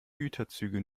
güterzüge